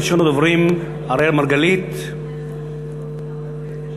ראשון הדוברים, אראל מרגלית, איננו.